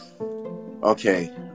Okay